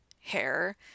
hair